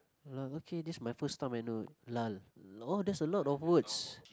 lull okay that's my first time I know lull orh that's a lot of words